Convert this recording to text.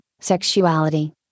sexuality